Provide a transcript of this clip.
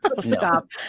Stop